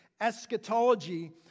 eschatology